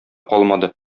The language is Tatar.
калмады